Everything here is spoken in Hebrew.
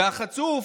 והחצוף